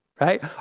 right